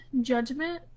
judgment